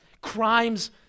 crimes